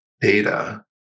data